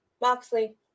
Moxley